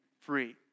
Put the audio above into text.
free